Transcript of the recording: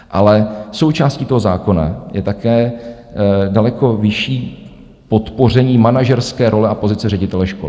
Ale součástí toho zákona je také daleko vyšší podpoření manažerské role a pozice ředitele školy.